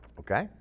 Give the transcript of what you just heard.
okay